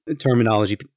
terminology